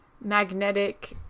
magnetic